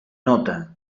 nota